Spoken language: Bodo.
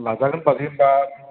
लाजागोन बाजै बाद